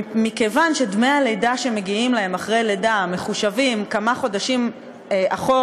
מכיוון שדמי הלידה שמגיעים להן אחרי לידה מחושבים כמה חודשים אחורה,